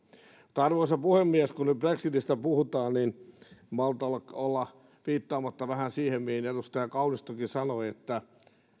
mutta arvoisa puhemies kun nyt brexitistä puhutaan niin en malta olla viittaamatta vähän siihen mitä edustaja kaunistokin sanoi